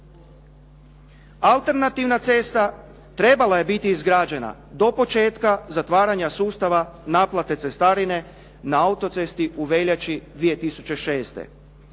Alternativna cesta trebala je biti izgrađena do početka zatvaranja sustava naplate cestarine na autocesti u veljači 2006.